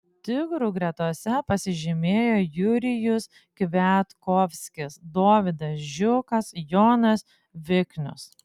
tigrų gretose pasižymėjo jurijus kviatkovskis dovydas žiukas jonas viknius